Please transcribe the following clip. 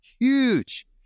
huge